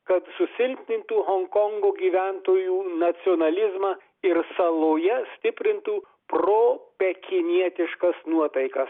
kad susilpnintų honkongo gyventojų nacionalizmą ir saloje stiprintų pro pekinietiškas nuotaikas